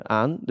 aan